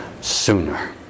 sooner